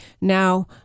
now